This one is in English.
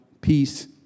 peace